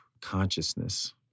consciousness